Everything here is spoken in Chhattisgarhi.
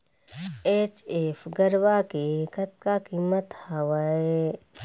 एच.एफ गरवा के कतका कीमत हवए?